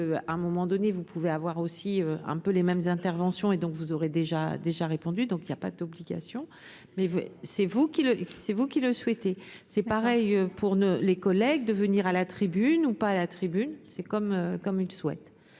à un moment donné, vous pouvez avoir aussi un peu les mêmes interventions et donc vous aurez déjà déjà répondu donc il y a pas d'obligation, mais vous, c'est vous qui le c'est vous qui le souhaitez c'est pareil pour ne les collègues de venir à la tribune ou pas à la tribune, c'est comme comme une souhaite